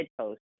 post